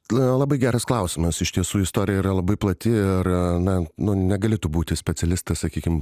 labai geras klausimas iš tiesų istorija yra labai plati ir na nu negalėtų būti specialistas sakykim